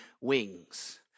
wings